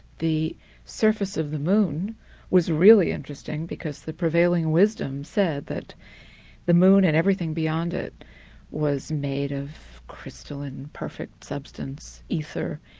the surface of the moon was really interesting, because the prevailing wisdom said that the moon and everything beyond it was made of crystal and perfect substance, ether,